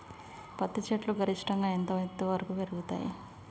పత్తి చెట్లు గరిష్టంగా ఎంత ఎత్తు వరకు పెరుగుతయ్?